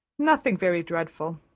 nothing very dreadful.